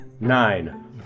Nine